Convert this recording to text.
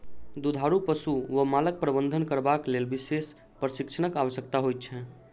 दुधारू पशु वा मालक प्रबंधन करबाक लेल विशेष प्रशिक्षणक आवश्यकता होइत छै